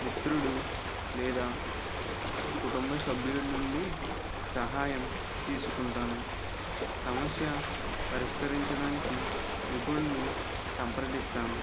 మిత్రుడు లేదా కుటుంబ సభ్యుల నుండి సహాయం తీసుకుంటాను సమస్య పరిష్కరించడానికి నిపుణులని సంప్రదిస్తాను